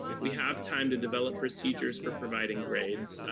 we have time to develop procedures for providing grades,